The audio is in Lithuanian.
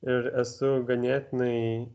ir esu ganėtinai